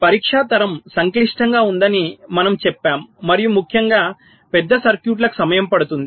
పరీక్ష తరం సంక్లిష్టంగా ఉందని మనము చెప్పాము మరియు ముఖ్యంగా పెద్ద సర్క్యూట్లకు సమయం పడుతుంది